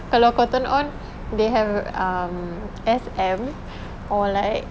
kalau Cotton On they have um S M or like